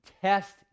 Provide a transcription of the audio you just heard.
test